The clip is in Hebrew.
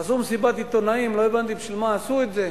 עשו מסיבת עיתונאים, לא הבנתי בשביל מה עשו את זה,